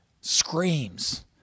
screams